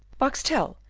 boxtel,